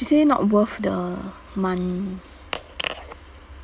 she say not worth the money